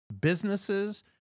businesses